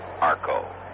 Arco